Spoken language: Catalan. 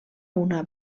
una